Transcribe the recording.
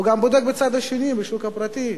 הוא גם בודק בצד השני, בשוק הפרטי,